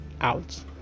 out